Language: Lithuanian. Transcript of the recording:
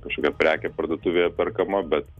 kažkokia prekė parduotuvėje perkama bet